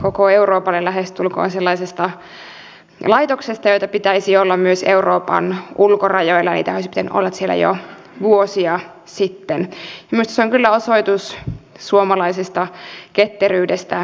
olemme vielä takamatkalla viron x roadiin nähden mutta on hyvä että kansallisen palveluväylän ensimmäiset sovellukset käynnistyivät jo marraskuussa ja käynnistysnappulaa on